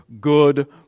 good